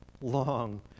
long